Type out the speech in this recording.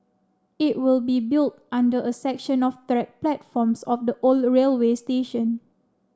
it will be built under a section of track platforms of the old railway station